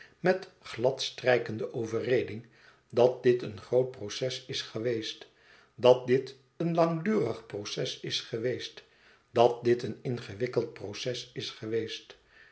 met gladstrijkende overreding dat dit een groot proces is geweest dat dit een langdurig proces is geweest dat dit een ingewikkeld proces is geweest